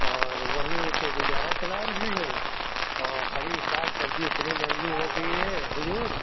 और वहीं से गुजारा चला रहे हैं और हरी साग सब्जी इतनी महंगी हो गई है हुज़ूर